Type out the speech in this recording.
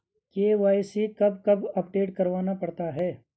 KYC कब कब update करवाना पड़ता है?